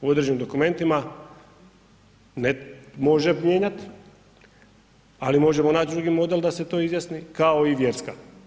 u određenim dokumentima ne može mijenjat, ali možemo nać drugi model da se to izjasni kao i vjerska.